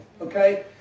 Okay